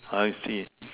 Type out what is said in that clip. I see